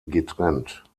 getrennt